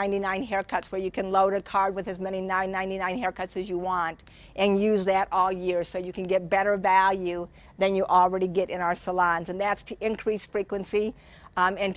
ninety nine haircuts where you can load a card with as many ninety nine haircuts as you want and use that all year so you can get better value then you already get in our salons and that's to increase frequency and